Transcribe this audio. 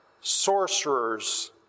sorcerers